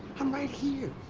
i'm right here.